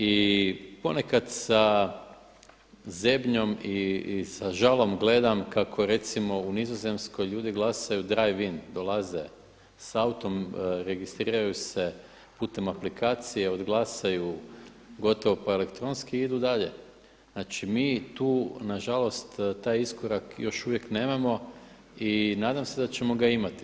I ponekad sa zebnjom i sa žalom gledam kako recimo u Nizozemskoj glasaju drive in, dolaze s autom, registriraju se putem aplikacije, odglasaju, gotovo pa elektronski i idu dalje. znači mi tu nažalost taj iskorak još uvijek nemamo i nadam se da ćemo ga imati.